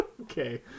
Okay